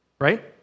right